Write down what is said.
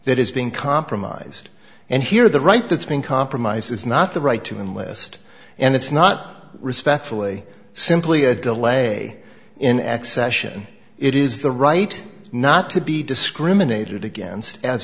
that is being compromised and here the right that's being compromised is not the right to enlist and it's not respectfully simply a delay in access ssion it is the right not to be discriminated against as